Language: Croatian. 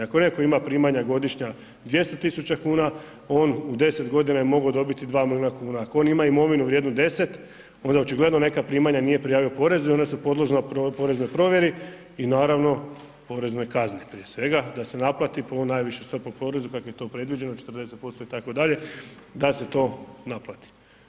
Ako netko ima primanja godišnja 200.000,00 kn on u 10.g. je mogao dobiti 2 milijuna kuna, ako on ima imovinu vrijednu 10, onda očigledno neka primanja nije prijavio porezu i ona su podložna poreznoj provjeri i naravno poreznoj kazni prije svega da se naplati po najviša poreza kako je to predviđeno 40% itd., da se to naplati.